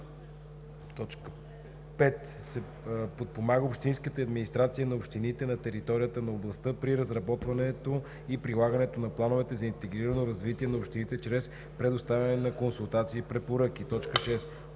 така: „5. подпомага общинските администрации на общините на територията на областта при разработването и прилагането на плановете за интегрирано развитие на общините чрез предоставяне на консултации и препоръки; 6.